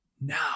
now